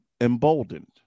emboldened